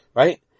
right